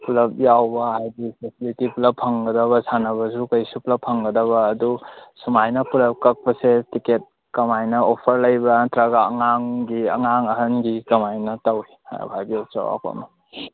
ꯄꯨꯂꯞ ꯌꯥꯎꯕ ꯍꯥꯏꯗꯤ ꯐꯦꯁꯤꯂꯤꯇꯤ ꯄꯨꯂꯞ ꯐꯪꯒꯗꯕ ꯁꯥꯟꯅꯕꯁꯨ ꯀꯩꯁꯨ ꯄꯨꯂꯞ ꯐꯪꯒꯗꯕ ꯑꯗꯨ ꯁꯨꯃꯥꯏꯅ ꯄꯨꯂꯞ ꯀꯛꯄꯁꯦ ꯇꯤꯛꯀꯦꯠ ꯀꯃꯥꯏꯅ ꯑꯣꯐꯔ ꯂꯩꯕ꯭ꯔꯥ ꯅꯠꯇꯔꯒ ꯑꯉꯥꯡꯒꯤ ꯑꯉꯥꯡ ꯑꯍꯟꯒꯤ ꯀꯃꯥꯏꯅ ꯇꯧꯏ ꯍꯥꯏꯕꯗꯣ ꯍꯥꯏꯕꯤꯌꯨ ꯆꯧꯔꯥꯛꯄ ꯑꯃ